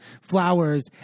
flowers